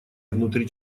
внутри